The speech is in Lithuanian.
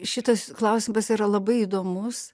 šitas klausimas yra labai įdomus